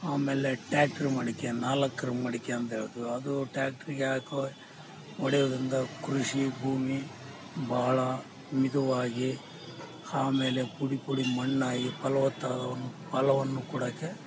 ಆಮೇಲೆ ಟ್ಯಾಟ್ರು ಮಡಿಕೆ ನಾಲ್ಕರ ಮಡಿಕೆ ಅಂತೇಳ್ತಿವಿ ಅದೂ ಟ್ಯಾಕ್ಟ್ರಿಗಾಕಿ ಹೊಡೆಯುದ್ರಿಂದ ಕೃಷಿ ಭೂಮಿ ಭಾಳ ಮೆದುವಾಗಿ ಆಮೇಲೆ ಪುಡಿ ಪುಡಿ ಮಣ್ಣಾಗಿ ಫಲವತ್ತಾದ ಒಂದು ಫಲವನ್ನು ಕೊಡಕ್ಕೆ